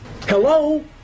Hello